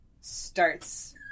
starts